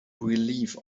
relief